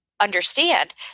understand